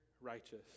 righteous